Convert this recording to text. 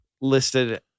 listed